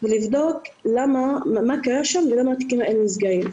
ולבדוק מה קרה שם ולמה התיקים האלה נסגרים.